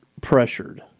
pressured